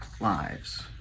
lives